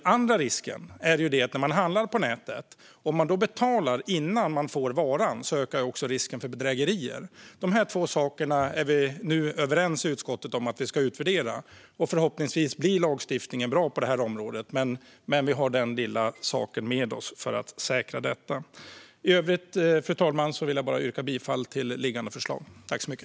Det andra är att risken för bedrägerier ökar när man handlar på nätet och betalar innan man får varan. Dessa två saker är vi nu överens i utskottet om att vi ska utvärdera. Förhoppningsvis blir lagstiftningen bra på det här området, men vi har den lilla saken med oss för att säkra detta. I övrigt, fru talman, yrkar jag bifall till det föreliggande förslaget.